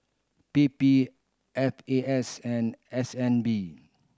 P P F A S and S N B